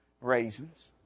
raisins